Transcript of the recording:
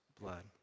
blood